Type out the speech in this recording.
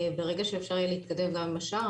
ברגע שאפשר יהיה להתקדם גם עם השאר,